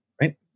right